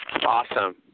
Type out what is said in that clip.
Awesome